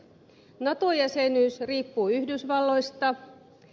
nato jäsenyys riippuu yhdysvalloista